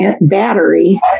battery